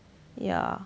ya